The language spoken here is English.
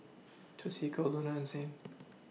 Toshiko Luna and Zane